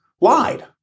lied